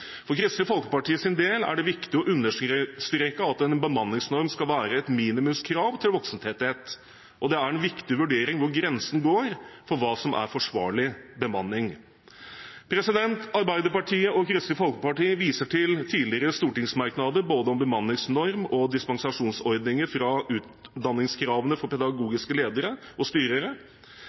For Kristelig Folkepartis del er det viktig å understreke at en bemanningsnorm skal være et minimumskrav til voksentetthet, og det er en viktig vurdering hvor grensen går for hva som er forsvarlig bemanning. Arbeiderpartiet og Kristelig Folkeparti viser til tidligere stortingsmerknader om både bemanningsnorm og dispensasjonsordninger fra utdanningskravene for pedagogiske ledere og styrere.